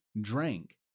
drank